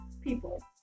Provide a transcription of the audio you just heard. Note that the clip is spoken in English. people